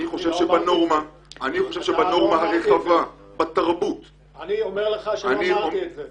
אני חושב שבנורמה --- אני אומר לך שלא אמרתי את זה.